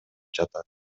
жатат